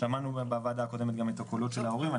שמענו בישיבה הקודמת גם את הקולות של ההורים.